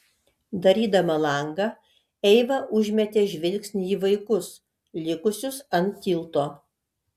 darydama langą eiva užmetė žvilgsnį į vaikus likusius ant tilto